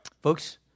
folks